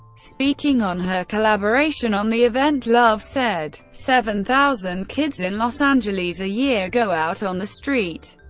speaking on her collaboration on the event, love said seven thousand kids in los angeles a year go out on the street,